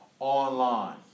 Online